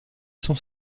sans